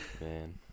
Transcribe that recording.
man